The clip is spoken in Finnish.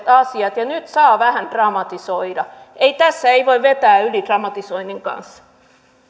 asiat ja nyt saa vähän dramatisoida tässä ei voi vetää yli dramatisoinnin kanssa